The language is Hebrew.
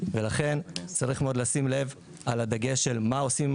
לכן צריך מאוד לשים לב על הדגש של מה עושים עם